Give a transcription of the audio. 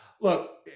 look